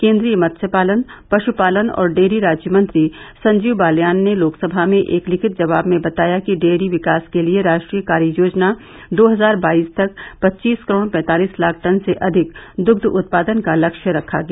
केन्द्रीय मत्स्य पालन पशुपालन और डेयरी राज्यमंत्री संजीव बालियान ने लोकसभा में एक लिखित जवाब में बताया कि डेयरी विकास के लिए राष्ट्रीय कार्य योजना दो हजार बाईस तक पच्चीस करोड़ पैंतालिस लाख टन से अधिक दुग्ध उत्पादन का लक्ष्य रखा गया